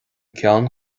ceann